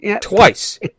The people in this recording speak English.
Twice